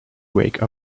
wake